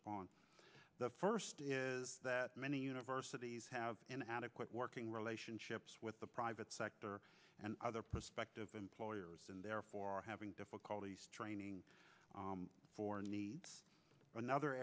upon the first is that many universities have an adequate working relationships with the private sector and other prospective employers and therefore having difficulty training for a needs another